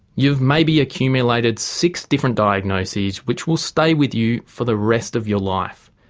you've maybe accumulated six different diagnoses which will stay with you for the rest of your life,